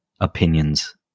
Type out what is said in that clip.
opinions